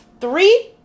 Three